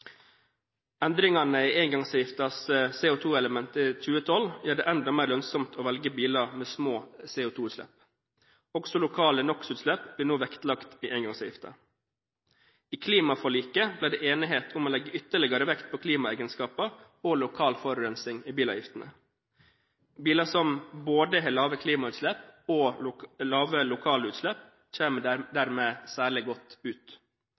Endringene i engangsavgiftens CO2-element i 2012 gjør det enda mer lønnsomt å velge biler med små CO2-utslipp. Også lokale NOx-utslipp blir nå vektlagt i engangsavgiften. I klimaforliket ble det enighet om å legge ytterligere vekt på klimaegenskaper og lokal forurensning i bilavgiftene. Biler som har både lave klimautslipp og lave lokalutslipp, kommer dermed særlig godt ut.